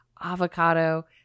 avocado